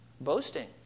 boasting